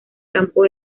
campo